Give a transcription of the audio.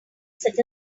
such